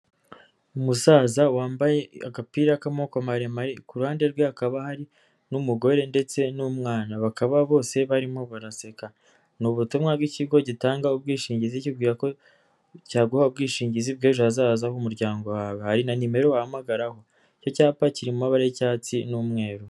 Umusaza wambaye agapira k'amaboko maremare, ku ruhande rwe hakaba hari n'umugore ndetse n'umwana bakaba bose barimo baraseka, ni ubutumwa bw'ikigo gitanga ubwishingizi kikubwira ko cyaguha ubwishingizi bw'ejo hazaza h'umuryango wawe, hari na nimero wahamagaraho, icyo cyapa kiri mu mabara y'icyatsi n'umweru.